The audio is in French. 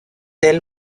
elle